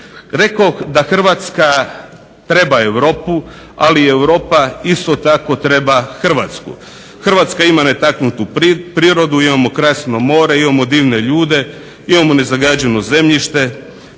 Rekoh da Hrvatska treba Europu ali Europa isto tako treba Hrvatsku. Hrvatska ima netaknutu prirodu, imamo krasno more, imamo divne ljude, imamo nezagađeno zemljište,